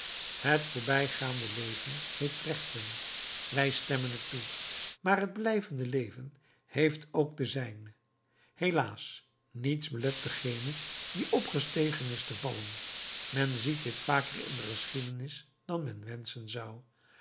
het voorbijgaande leven heeft rechten wij stemmen het toe maar het blijvende leven heeft ook de zijne helaas niets belet dengene die opgestegen is te vallen men ziet dit vaker in de geschiedenis dan men wenschen zou